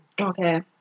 Okay